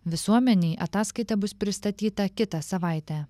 visuomenei ataskaita bus pristatyta kitą savaitę